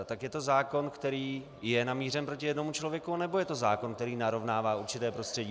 Tak je to zákon, který je namířen proti jednomu člověku, anebo je to zákon, který narovnává určité prostředí?